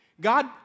God